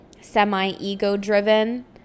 semi-ego-driven